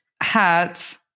hats